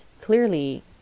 clearly